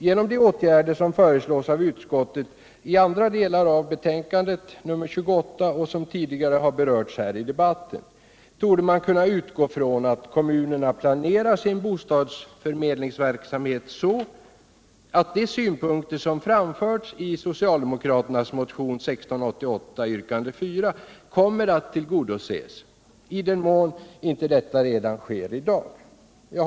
Genom de åtgärder som föreslås av utskottet i andra delar av betänkandet 28 och som tidigare har berörts här I debatten torde man kunna utgå ifrån att kommunerna plancrar sin bostadsförmedlingsverksamhet så, att de synpunkter som framförts i socialdemokraternas motion 1688 yrkande 4 kommer att tillgodoses, i den mån detta inte sker redan i dag.